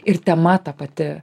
ir tema ta pati